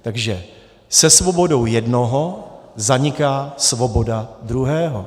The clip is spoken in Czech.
Takže se svobodou jednoho zaniká svoboda druhého.